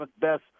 best